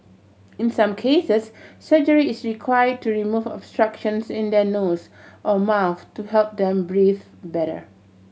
in some cases surgery is required to remove obstructions in their nose or mouth to help them breathe better